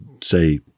say